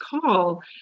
call